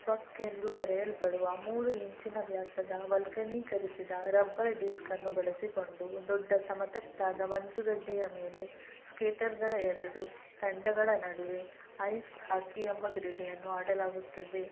ಪಕ್ ಎಂದು ಕರೆಯಲ್ಪಡುವ ಮೂರು ಇಂಚಿನ ವ್ಯಾಸದ ವಲ್ಕನೀಕರಿಸಿದ ರಬ್ಬರ್ ಡಿಸ್ಕ್ ಅನ್ನು ಬಳಸಿಕೊಂಡು ದೊಡ್ಡ ಸಮತಟ್ಟಾದ ಮಂಜುಗಡ್ಡೆಯ ಮೇಲೆ ಸ್ಕೇಟರ್ಗಳ ಎರಡು ತಂಡಗಳ ನಡುವೆ ಐಸ್ ಹಾಕಿಯೆಂಬ ಕ್ರೀಡೆಯನ್ನು ಆಡಲಾಗುತ್ತದೆ